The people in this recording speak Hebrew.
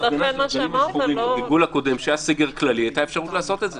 בגלגול הקודם כשהיה סגר כללי הייתה אפשרות לעשות את זה.